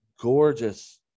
gorgeous